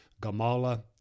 Gamala